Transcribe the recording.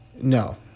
No